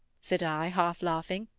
said i, half laughing.